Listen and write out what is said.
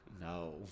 No